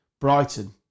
Brighton